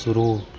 शुरू